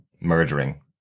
murdering